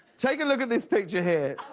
take a look at this picture here.